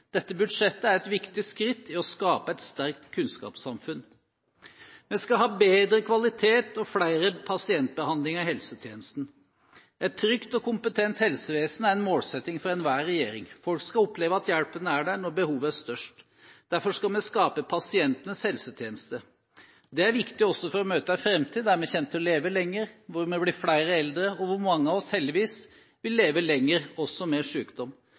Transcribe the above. Dette budsjettet er et viktig skritt i å skape et sterkt kunnskapssamfunn. Vi skal ha bedre kvalitet og flere pasientbehandlinger i helsetjenesten. Et trygt og kompetent helsevesen er en målsetting for enhver regjering. Folk skal oppleve at hjelpen er der når behovet er størst. Derfor skal vi skape pasientenes helsetjeneste. Det er viktig også for å møte en framtid der vi kommer til å leve lenger, hvor vi blir flere eldre, og hvor mange av oss – heldigvis – vil leve lenger også med